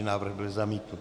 Návrh byl zamítnut.